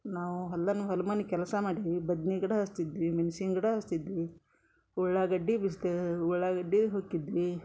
ನಾವು ಹೊಲ್ದನ ಹೊಲ್ ಮನೆ ಕೆಲಸ ಮಾಡೀವಿ ಬದ್ನಿ ಗಿಡ ಹಚ್ಚಿದ್ವಿ ಮೆಣ್ಸಿನ ಗಿಡ ಹಚ್ಚಿದ್ವಿ ಉಳ್ಳಾಗಡ್ಡಿ ಬೀಸ್ತೇವೆ ಉಳ್ಳಾಗಡ್ಡಿ ಹುಕಿದ್ವಿ